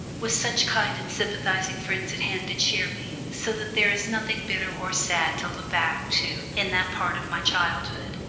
with such kind and sympathising friends at hand to cheer me, so that there is nothing bitter or sad to look back to in that part of my childhood.